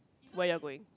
where you're going